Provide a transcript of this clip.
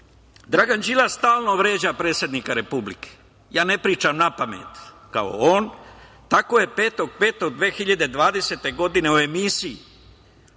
Srbije. Dragan Đilas stalno vređa predsednika Republike. Ja ne pričam napamet kao on. Tako je 5. maja 2020. godine u emisiji